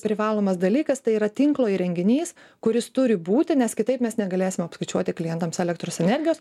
privalomas dalykas tai yra tinklo įrenginys kuris turi būti nes kitaip mes negalėsim apskaičiuoti klientams elektros energijos